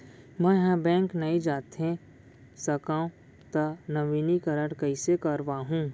मैं ह बैंक नई जाथे सकंव त नवीनीकरण कइसे करवाहू?